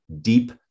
deep